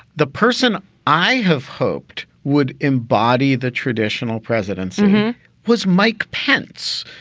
the person i have hoped would embody the traditional presidents was mike pence,